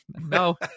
No